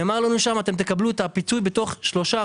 נאמר לנו שם: אתם תקבלו את הפיצוי בתוך שלושה,